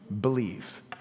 believe